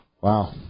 Wow